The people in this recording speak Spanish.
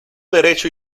derecho